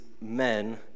men